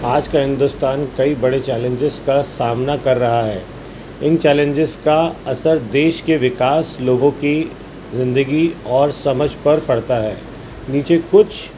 آج کا ہندوستان کئی بڑے چیلنجز کا سامنا کر رہا ہے ان چیلنجز کا اثر دیش کے وکاس لوگوں کی زندگی اور سمجھ پر پڑتا ہے نیچے کچھ